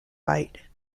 bight